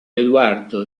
eduardo